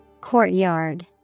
Courtyard